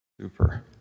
Super